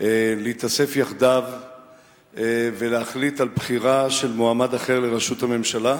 להתאסף יחדיו ולהחליט על בחירה של מועמד אחר לראשות הממשלה.